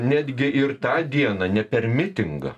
netgi ir tą dieną ne per mitingą